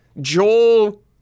Joel